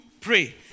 pray